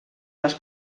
les